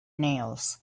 nails